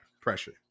pressure